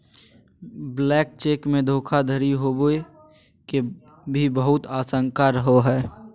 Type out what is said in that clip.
blank cheque मे धोखाधडी होवे के भी बहुत आशंका रहो हय